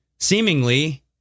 Seemingly